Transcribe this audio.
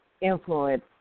influence